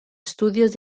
estudios